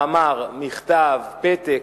מאמר, מכתב, פתק,